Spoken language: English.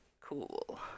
Cool